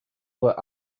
were